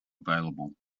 available